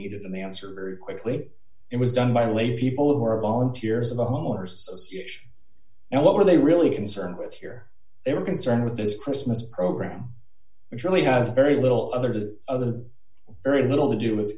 needed the answer very quickly it was done by lay people who are volunteers of a homeowners association and what were they really concerned with here they were concerned with this christmas program which really has very little other to the very little to do with